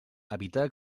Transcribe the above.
evitar